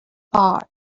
park